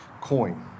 coin